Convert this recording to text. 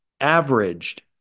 averaged